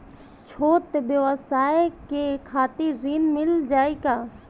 छोट ब्योसाय के खातिर ऋण मिल जाए का?